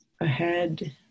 ahead